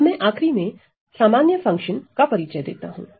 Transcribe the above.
अब मैं आखरी में सामान्य फंक्शन का परिचय देता हूं